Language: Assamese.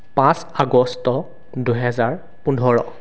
পাঁচ আগষ্ট দুহেজাৰ পোন্ধৰ